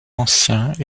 anciens